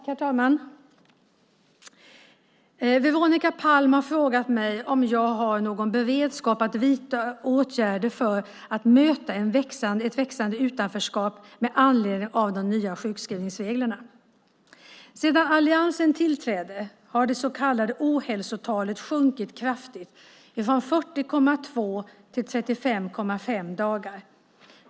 Herr talman! Veronica Palm har frågat mig om jag har någon beredskap att vidta åtgärder för att möta ett växande utanförskap med anledning av de nya sjukskrivningsreglerna. Sedan alliansen tillträdde har det så kallade ohälsotalet sjunkit kraftigt från 40,2 till 35,5 dagar.